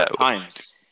times